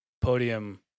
podium